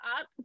up